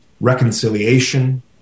reconciliation